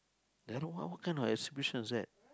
I don't what what kind of exhibition is that